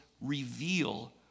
reveal